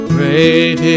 Great